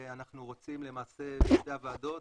למעשה שתי הוועדות,